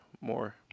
more